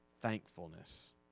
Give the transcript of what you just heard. thankfulness